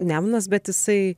nemunas bet jisai